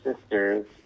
sisters